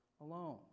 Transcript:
alone